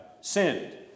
sinned